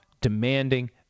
demanding